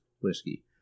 whiskey